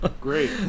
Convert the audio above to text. Great